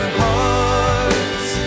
hearts